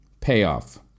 payoff